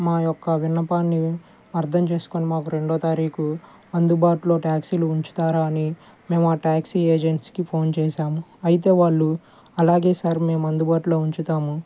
మా యొక్క విన్నపాన్ని అర్ధం చేసుకోని మాకు రెండో తారీఖు అందుబాటులో ట్యాక్సీలు ఉంచుతారా అని మేము ఆ ట్యాక్సీ ఏజెన్సీకి ఫోన్ చేసాము అయితే వాళ్ళు అలాగే సార్ మేము అందుబాటులో ఉంచుతాము